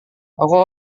aku